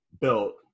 built